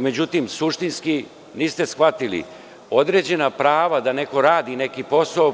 Međutim, suštinski niste shvatili, određena prava da neko radi neki posao,